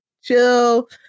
chill